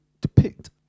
depict